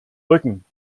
rücken